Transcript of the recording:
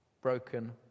Broken